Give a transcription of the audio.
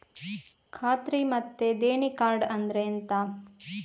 ಖಾತ್ರಿ ಮತ್ತೆ ದೇಣಿ ಕಾರ್ಡ್ ಅಂದ್ರೆ ಎಂತ?